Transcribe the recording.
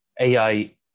AI